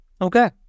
Okay